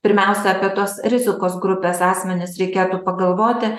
pirmiausia apie tuos rizikos grupės asmenis reikėtų pagalvoti